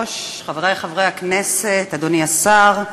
חבר הכנסת יואב קיש מבקש חוץ וביטחון.